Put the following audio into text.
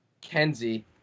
Kenzie